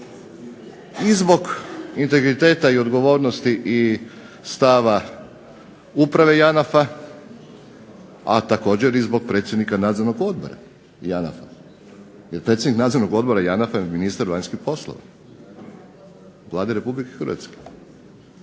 I zbog integriteta i odgovornosti i stava uprave JANAF-a, a također i zbog predsjednika Nadzornog odbora JANAF-a. Jer predsjednik Nadzornog odbora JANAF-a je ministar vanjskih poslova Vlade RH.